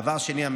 דבר שני,